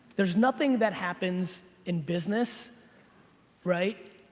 there's nothing that happens in business right,